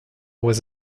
was